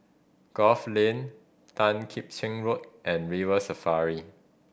Grove Lane Tan Kim Cheng Road and River Safari